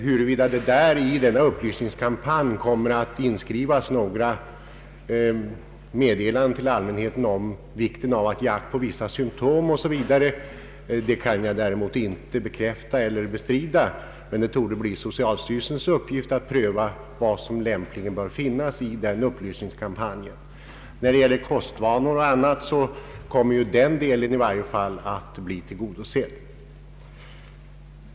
Huruvida det i denna upplysningskampanj kommer att ingå några meddelanden till allmänheten om vikten av att ge akt på vissa symtom o.s.v. kan jag däremot inte uttala mig om. Det torde bli socialstyrelsens uppgift att pröva vad som lämpligen bör förekomma i den upplysningskampanjen. Beträffande kostvanor m.m. kommer i varje fall önskemålen att tillgodoses.